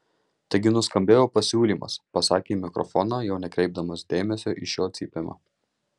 taigi nuskambėjo pasiūlymas pasakė į mikrofoną jau nekreipdamas dėmesio į šio cypimą